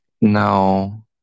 No